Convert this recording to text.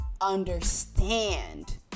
understand